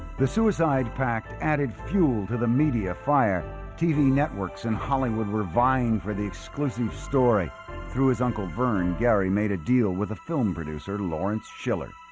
the suicide pact added fuel to the media fire tv networks in hollywood were vying for the exclusive story through his uncle vern gary made a deal with the film producer lawrence schiller